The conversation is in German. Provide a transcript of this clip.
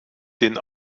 den